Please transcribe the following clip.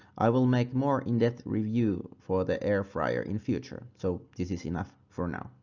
i will make more in depth review for the airfryer in future so this is enough for now.